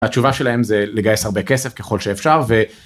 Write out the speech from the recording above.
התשובה שלהם זה לגייס הרבה כסף ככל שאפשר.